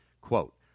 Quote